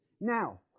Now